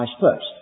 first